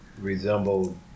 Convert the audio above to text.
resembled